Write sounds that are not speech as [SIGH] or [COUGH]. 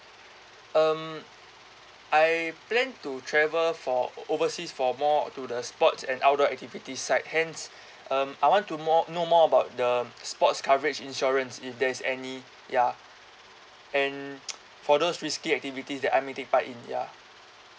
um I plan to travel for overseas for more to the sports and outdoor activities side hence um I want to more know more about the um sports coverage insurance if there's any ya and [NOISE] for those risky activities that I may take part in ya